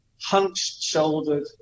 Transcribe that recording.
hunched-shouldered